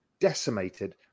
decimated